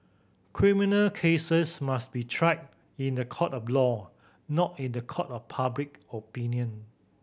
criminal cases must be tried in the court of law not in the court of public opinion